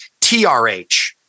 TRH